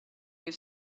you